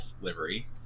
livery